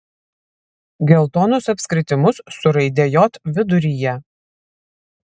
geltonus apskritimus su raide j viduryje